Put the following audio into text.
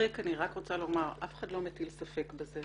בריק, אני רוצה לומר שאף אחד לא מטיל ספק בכך.